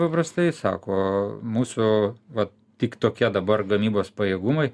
paprastai sako mūsų vat tik tokie dabar gamybos pajėgumai